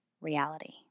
reality